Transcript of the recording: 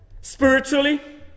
Spiritually